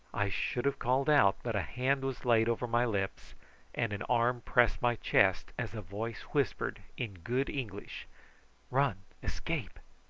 i should have called out, but a hand was laid over my lips and an arm pressed my chest, as a voice whispered in good english run, escape!